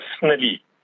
personally